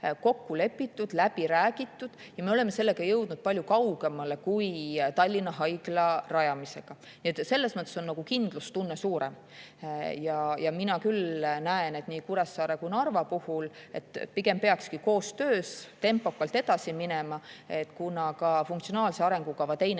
kokku lepitud ja läbi räägitud ning me oleme jõudnud sellega palju kaugemale kui Tallinna Haigla rajamisega. Nii et selles mõttes on kindlustunne suurem. Mina näen küll nii Kuressaare kui ka Narva puhul, et pigem peakski koostöös tempokalt edasi minema, kuna ka funktsionaalse arengukava teine